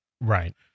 Right